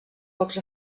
pocs